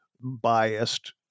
biased